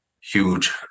huge